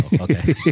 Okay